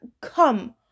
Come